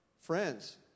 Friends